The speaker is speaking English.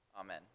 Amen